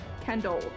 Kendall